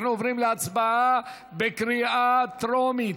אנחנו עוברים להצבעה בקריאה טרומית.